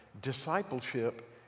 Discipleship